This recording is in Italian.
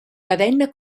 ravenna